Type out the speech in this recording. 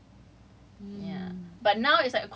it's so much easier trust me ya I would totally prefer that